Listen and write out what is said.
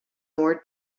more